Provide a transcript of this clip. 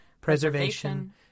preservation